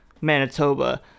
Manitoba